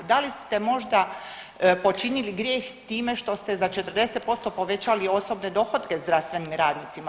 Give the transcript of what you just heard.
Da li ste možda počinili grijeh time što ste za 40% povećali osobne dohotke zdravstvenim radnicima?